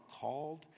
called